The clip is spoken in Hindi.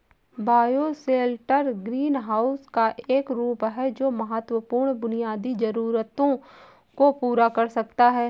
बायोशेल्टर ग्रीनहाउस का एक रूप है जो महत्वपूर्ण बुनियादी जरूरतों को पूरा कर सकता है